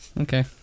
Okay